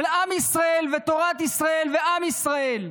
של עם ישראל ותורת ישראל ועם ישראל.